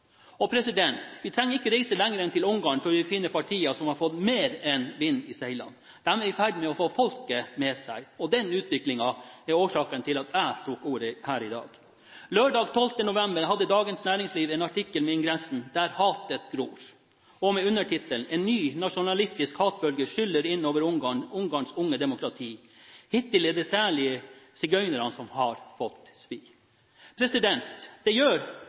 Vi trenger ikke reise lenger enn til Ungarn før vi finner partier som har fått mer enn vind i seilene. De er i ferd med å få folket med seg, og den utviklingen er årsaken til at jeg tok ordet her i dag. Lørdag 12. november hadde Dagens Næringsliv en artikkel med ingressen «Der hatet gror» – med undertittelen «En ny, nasjonalistisk hatbølge skyller inn over Ungarns unge demokrati. Hittil er det særlig sigøynerne som har fått svi». Det gjør